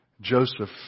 Joseph